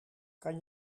kan